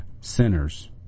sinners